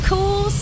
Cool